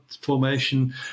formation